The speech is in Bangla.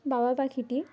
বাবা পাখিটি